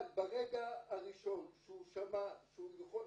אבל ברגע הראשון שהוא שמע שהוא יכול,